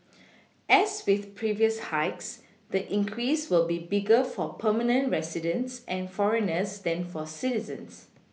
as with previous hikes the increase will be bigger for permanent residents and foreigners than for citizens